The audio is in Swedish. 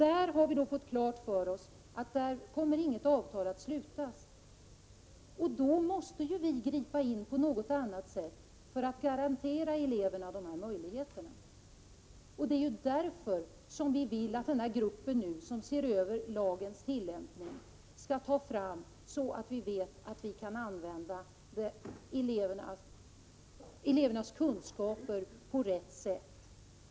Vi har fått klart för oss att inget avtal kommer att slutas, och då måste vi gripa in på något annat sätt för att garantera eleverna möjlighet att påverka sin arbetsmiljö. Det är därför som vi vill att gruppen som ser över lagens tillämpning skall utarbeta förslag som gör det möjligt att ta vara på elevernas kunskaper på rätt sätt.